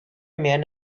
man